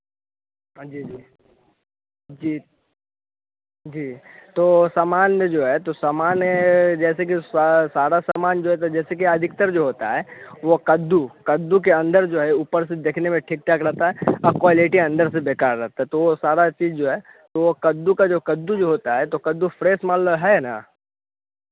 हाँ जी जी जी जी तो सामान में जो है तो सामान जैसे कि सारा सामान जो है तो जैसे कि अधिकतर जो होता है वह कद्दू कद्दू के अंदर जो है ऊपर से देखने में ठीक ठाक रहता है अब क्वॉलिटी अंदर से बेकार रहता है तो वो सारा चीज जो है वह कद्दू का जो कद्दू जो होता है तो कद्दू फ्रेश माल है ना